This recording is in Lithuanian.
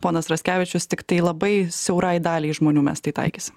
ponas raskevičius tiktai labai siaurai daliai žmonių mes tai taikysim